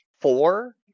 four